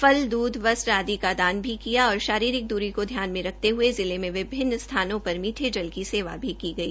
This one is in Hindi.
फल दूध वस्त्र आदि का दान भी किया गया और शारीरिक द्री का ध्यान मे रखते हये जिले में विभिन्न स्थानोंपर मीठे जल की सेवा भी की गई